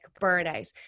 burnout